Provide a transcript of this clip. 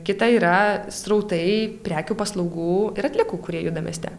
kita yra srautai prekių paslaugų ir atliekų kurie juda mieste